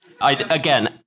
Again